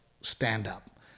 stand-up